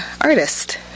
artist